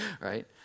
right